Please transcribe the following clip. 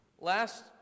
Last